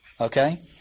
Okay